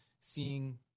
seeing